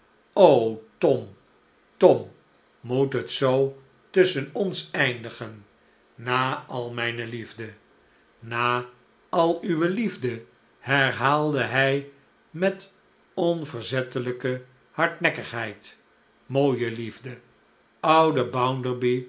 moet het zoo tusschen ons eindigen na al mijne liefde na al uwe liefde herhaalde hi met onverzettelijke hardnekkigheid mooie liefde ouden